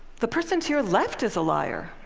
the person to your left is a liar.